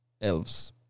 elves